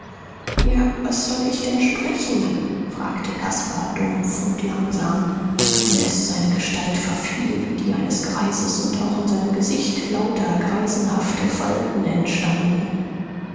ja was soll ich denn sprechen fragte caspar dumpf und langsam indes seine gestalt verfiel wie die eines greises und auch in seinem gesicht lauter greisenhafte falten entstanden